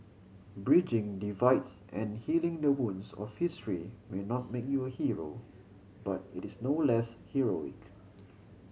bridging divides and healing the wounds of history may not make you a hero but it is no less heroic